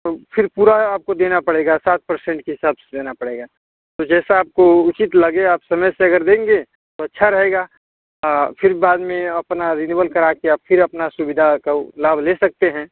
तो फिर पूरा आपको देना पड़ेगा सात परसेंट के हिसाब से देना पड़ेगा तो जैसा आपको उचित लगे आप समय से अगर देंगे तो अच्छा रहेगा फिर बाद में अपना रिन्यूअल करा कर आप फिर अपना सुविधा का वो लाभ ले सकते हैं